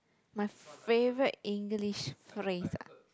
my favourite English phrase !huh!